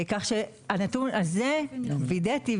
כך שהנתון הזה וידאתי,